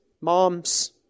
moms